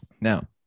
Now